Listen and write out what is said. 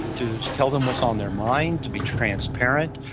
to tell them what's on their mind to be transparent,